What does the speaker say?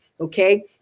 okay